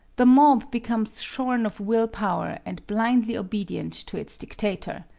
the mob becomes shorn of will-power and blindly obedient to its dictator.